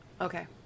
Okay